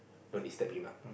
don't disturb him lah